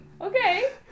Okay